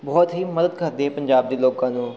ਬਹੁਤ ਹੀ ਮਦਦ ਕਰਦੇ ਹੈ ਪੰਜਾਬ ਦੇ ਲੋਕਾਂ ਨੂੰ